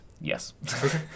Yes